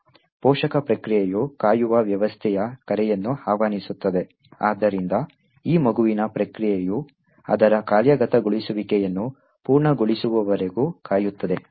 ಪೋಷಕ ಪ್ರಕ್ರಿಯೆಯು ಕಾಯುವ ವ್ಯವಸ್ಥೆಯ ಕರೆಯನ್ನು ಆಹ್ವಾನಿಸುತ್ತದೆ ಆದ್ದರಿಂದ ಈ ಮಗುವಿನ ಪ್ರಕ್ರಿಯೆಯು ಅದರ ಕಾರ್ಯಗತಗೊಳಿಸುವಿಕೆಯನ್ನು ಪೂರ್ಣಗೊಳಿಸುವವರೆಗೆ ಕಾಯುತ್ತದೆ